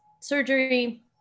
surgery